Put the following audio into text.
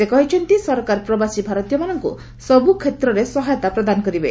ସେ କହିଛନ୍ତି ସରକାର ପ୍ରବାସୀ ଭାରତୀୟମାନଙ୍କୁ ସବୁ କ୍ଷେତ୍ରରେ ସହାୟତା ପ୍ରଦାନ କରିବେ